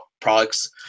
products